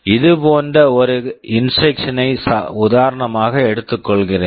இது போன்ற ஒரு இன்ஸ்ட்ரக்க்ஷன் instruction ஐ உதாரணமாக எடுத்துக்கொள்கிறேன்